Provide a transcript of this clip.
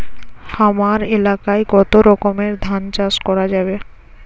হামার এলাকায় কতো রকমের ধান চাষ করা যাবে?